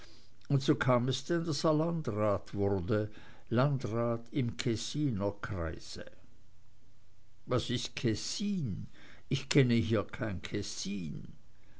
und so kam es denn daß er landrat wurde landrat im kessiner kreise was ist kessin ich kenne hier kein